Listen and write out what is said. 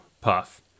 Puff